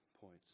points